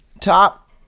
top